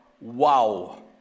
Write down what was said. wow